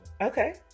Okay